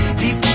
deep